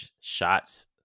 shots